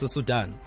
Sudan